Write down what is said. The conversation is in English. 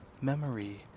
Memory